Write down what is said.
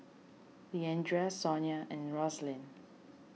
Leandra Sonya and Roslyn